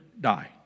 die